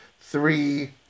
Three